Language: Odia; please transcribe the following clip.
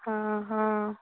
ହଁ ହଁ